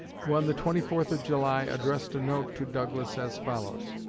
who on the twenty fourth of july addressed a note to douglas as follows